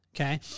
Okay